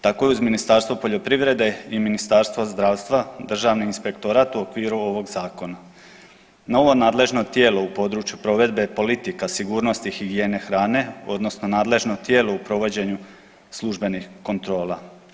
Tako je uz Ministarstvo poljoprivrede i Ministarstvo zdravstva, Državni inspektorat u okviru ovog zakona novo nadležno tijelo u području provedbe politika sigurnosti higijene hrane odnosno nadležno tijelo u provođenju službenih kontrola.